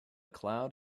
cloud